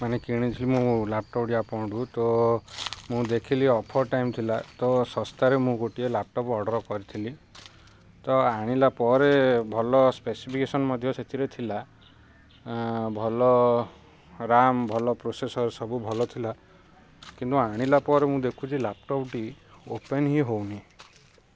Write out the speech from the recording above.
ମାନେ କିଣିଥିଲି ମୁଁ ଲ୍ୟାପଟପ୍ଟି ଆପଣଠୁ ତ ମୁଁ ଦେଖିଲି ଅଫର୍ ଟାଇମ୍ ଥିଲା ତ ଶସ୍ତାରେ ମୁଁ ଗୋଟିଏ ଲ୍ୟାପଟପ୍ ଅର୍ଡ଼ର୍ କରିଥିଲି ତ ଆଣିଲା ପରେ ଭଲ ସ୍ପେସିଫିକେସନ୍ ମଧ୍ୟ ସେଥିରେ ଥିଲା ଭଲ ରାମ୍ ଭଲ ପ୍ରୋସେସର୍ ସବୁ ଭଲ ଥିଲା କିନ୍ତୁ ଆଣିଲା ପରେ ମୁଁ ଦେଖୁଚି ଲ୍ୟାପଟପ୍ଟି ଓପନ୍ ହିଁ ହେଉନି